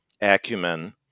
acumen